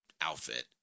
outfit